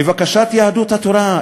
לבקשת יהדות התורה,